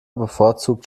bevorzugt